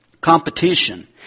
Competition